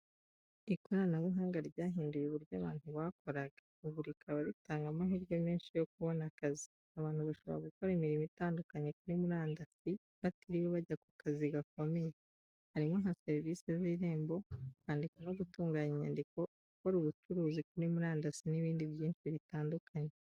Ikoranabuhanga ryahinduye uburyo abantu bakoraga, ubu rikaba ritanga amahirwe menshi yo kubona akazi. Abantu bashobora gukora imirimo itandukanye kuri murandasi, batiriwe bajya ku kazi gakomeye. Harimo nka serivisi z’Irembo, kwandika no gutunganya inyandiko, gukora ubucuruzi kuri murandasi n’ibindi byinshi bitandukanye.